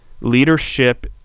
leadership